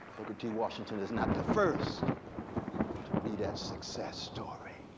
booker t. washington is not the first to be that success story.